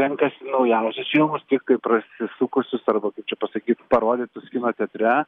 renkasi naujausius filmus taip kaip prasisukusius arba kaip čia pasakyt parodytus kino teatre